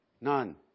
None